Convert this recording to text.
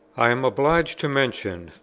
i am obliged to mention,